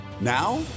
Now